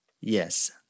Yes